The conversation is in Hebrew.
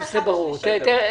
ו-2021 השלישית.